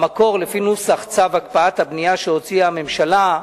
במקור, לפי נוסח צו הקפאת הבנייה שהוציאה הממשלה,